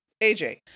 AJ